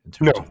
no